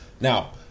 now